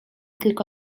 tylko